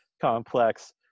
complex